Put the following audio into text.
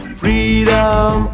freedom